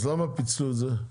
אז למה פיצלו את זה?